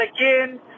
again